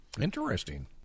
Interesting